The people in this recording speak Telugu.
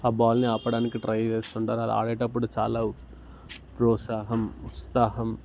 ఆ బాల్ని ఆపడానికి ట్రై చేస్తుంటారు అది ఆడేటప్పుడు చాలా ప్రోత్సాహం ఉత్సాహం